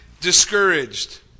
discouraged